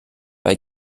bei